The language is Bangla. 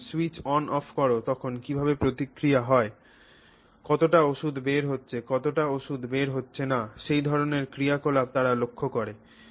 তুমি যখন স্যুইচ অন অফ কর তখন কীভাবে প্রতিক্রিয়া হয় কতটা ওষুধ বের হচ্ছে কতটা ওষুধ বের হচ্ছে না সেই ধরণের ক্রিয়াকলাপ তারা লক্ষ্য করে